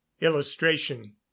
illustration